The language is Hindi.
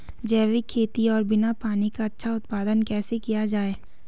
जैविक खेती और बिना पानी का अच्छा उत्पादन कैसे किया जाए?